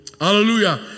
Hallelujah